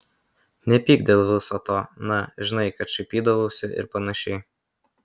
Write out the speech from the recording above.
nepyk dėl viso to na žinai kad šaipydavausi ir panašiai